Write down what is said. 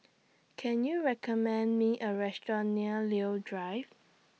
Can YOU recommend Me A Restaurant near Leo Drive